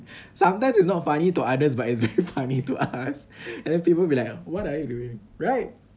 sometimes it's not funny to others but it's very funny to us and then people be like what are you doing right